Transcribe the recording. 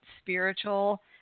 spiritual